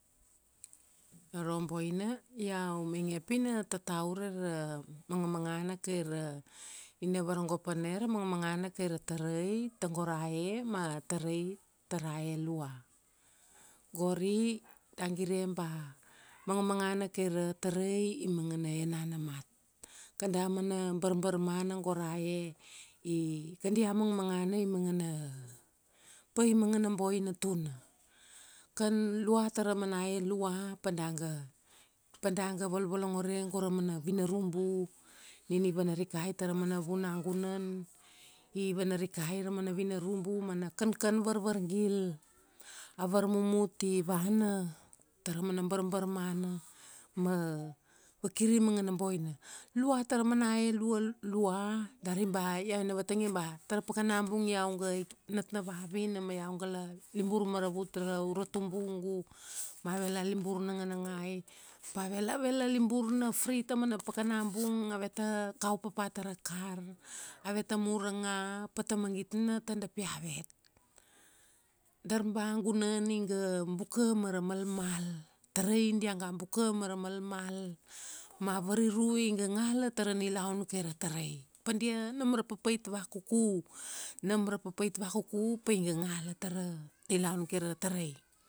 Iaro boina, iau mainge pina tata ure ra mangamangana kai ra, ina varagop ane ra mangmangana kai ra tarai tago ra e, ma tarai tara e lua. Gori da gire ba mangmangana kai ra tarai i mangana enana mat. Kada mana barbarmana go ra e, i, kadia mangmangana i mangana, pai mangana boina tuna. Kan lua tara mana e lau, pada ga, pa da ga volvolongore go ra mana vinarubu nina i vana rikai tara mana gunagunan, i vanarikai ra mana vinarubu, mana kankan varvargil, a varmumut i vana tara mana barbarmana ma, vakir i mangana boina. Lua tara man e lualua, dari ba, iau na vatangia dari ba tara pakana bung iau ga natna vavina man iau ga la libur maravut ra ura tubugu ma avela libur nanganangai, pave la, ave la libur na free. Taumana pakana bung aveta, kau papa tara kar, aveta mur ra nga, pata mangit na tadap iavet. Dar ba gunan iga buka mara malmal. Tarai diaga buka mara malmal, ma variru iga ngala tara nilaunkai ra tarai. Padia, nam ra papait vakuku, nam ra papait vakuku paiga ngala tara nilaun kai ra tarai. `